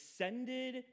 ascended